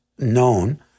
known